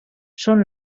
són